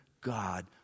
God